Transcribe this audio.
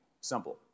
simple